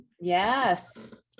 Yes